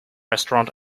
restaurant